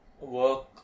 work